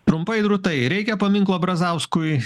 trumpai drūtai reikia paminklo brazauskui